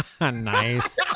Nice